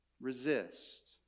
Resist